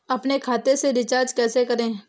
अपने खाते से रिचार्ज कैसे करें?